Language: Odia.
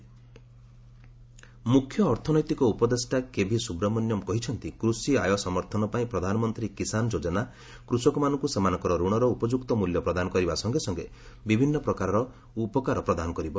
ପିଏମ୍ କିଷାନ୍ ସୁବ୍ରମଣ୍ୟମ୍ ମୁଖ୍ୟ ଅର୍ଥନୈତିକ ଉପଦେଷ୍ଟା କେଭି ସୁବ୍ରମଣ୍ୟମ୍ କହିଛନ୍ତି କୃଷି ଆୟ ସମର୍ଥନ ପାଇଁ ପ୍ରଧାନମନ୍ତ୍ରୀ କିଷାନ୍ ଯୋଜନା କୃଷକମାନଙ୍କୁ ସେମାନଙ୍କର ଋଣର ଉପଯୁକ୍ତ ମୁଲ୍ୟ ପ୍ରଦାନ କରିବା ସଙ୍ଗେ ସଙ୍ଗେ ବିଭିନ୍ନ ପ୍ରକାରର ଉପକାର ପ୍ରଦାନ କରିବ